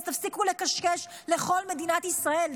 אז תפסיקו לקשקש לכל מדינת ישראל,